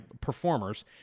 performers